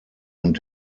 und